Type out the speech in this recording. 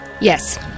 Yes